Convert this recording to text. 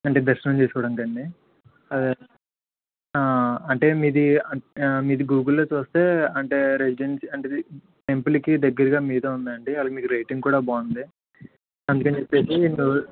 అంటే దర్శనం చేసుకోవడానికి అండి అదే అంటే మీది మీది గూగుల్లో చూస్తే అంటే రెసిడెన్సీ అంటే ఇది టెంపుల్కి దగ్గిరిగా మీదే ఉందండి అలాగే మీకు రేటింగ్ కూడా బాగుంది అందుకని చెప్పేసి